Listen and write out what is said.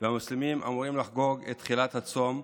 המוסלמים אמורים לחגוג את תחילת הצום,